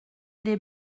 des